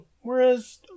whereas